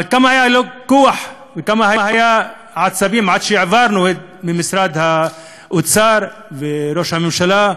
אבל כמה כוח וכמה עצבים עד שהעברנו ממשרד האוצר וממשרד ראש הממשלה,